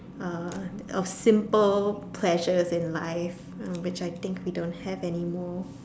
uh of simple pleasures in life uh which I think we don't have anymore